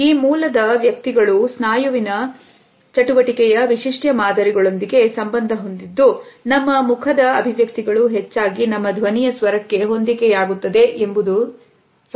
ಈ ಮೂಲದ ವ್ಯಕ್ತಿಗಳು ಸ್ನಾಯುವಿನ ಚಟುವಟಿಕೆಯ ವಿಶಿಷ್ಟ ಮಾದರಿಗಳೊಂದಿಗೆ ಸಂಬಂಧ ಹೊಂದಿದ್ದು ನಮ್ಮ ಮುಖದ ಅಭಿವ್ಯಕ್ತಿಗಳು ಹೆಚ್ಚಾಗಿ ನಮ್ಮ ಧ್ವನಿಯ ಸ್ವರಕ್ಕೆ ಹೊಂದಿಕೆಯಾಗುತ್ತದೆ ಎಂದು ಸಂಶೋಧಕರು ಸೂಚಿಸಿರುತ್ತಾರೆ